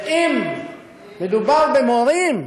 ואם מדובר במורים,